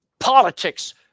politics